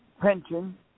pension